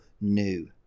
New